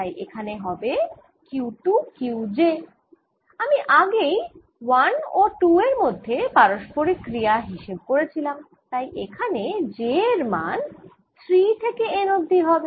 তাই এখানে হবে Q2Qj আমি আগেই 1 ও 2 এর মধ্যে পারস্পরিক ক্রিয়া হিসেব করেছিলাম তাই এখানে j এর মান 3 থেকে N অবধি হবে